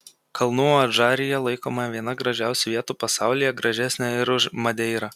kalnų adžarija laikoma viena gražiausių vietų pasaulyje gražesnė ir už madeirą